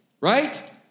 right